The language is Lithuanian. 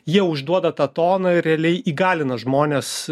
jie užduoda tą toną ir realiai įgalina žmones